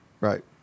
right